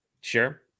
Sure